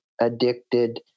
addicted